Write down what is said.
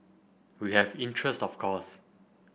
we have interest of course